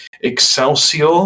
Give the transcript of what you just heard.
Excelsior